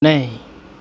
नहि